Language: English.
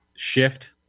shift